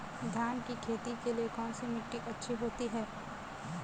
धान की खेती के लिए कौनसी मिट्टी अच्छी होती है?